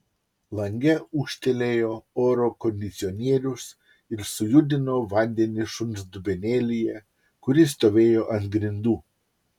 lange ūžtelėjo oro kondicionierius ir sujudino vandenį šuns dubenėlyje kuris stovėjo ant grindų